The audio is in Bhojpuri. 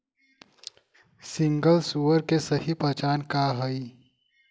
सिंगल सुपर के सही पहचान का हई?